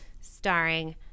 starring